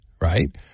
right